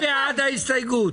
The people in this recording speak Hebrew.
מי בעד קבלת ההסתייגות?